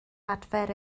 adfer